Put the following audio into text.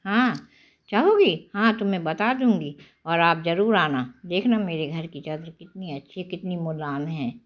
हाँ चाहोगे हाँ तो मैं बता दूँगी और आप ज़रूर आना देखना मेरे घर की चादर कितनी अच्छी कितनी मुलायम है